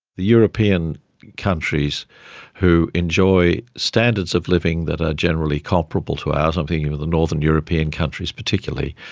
the european countries who enjoy standards of living that are generally comparable to ours, i'm thinking of the northern european countries particularly,